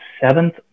Seventh